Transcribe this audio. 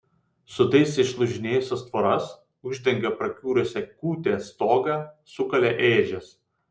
sutaisė išlūžinėjusias tvoras uždengė prakiurusį kūtės stogą sukalė ėdžias